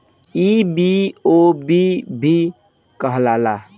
ई बी.ओ.बी भी कहाला